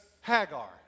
Hagar